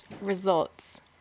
results